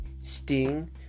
Sting